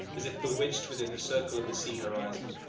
as if bewitched within the circle of the sea horizon.